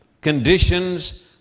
conditions